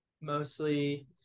mostly